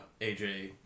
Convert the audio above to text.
AJ